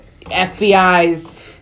FBI's